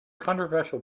controversial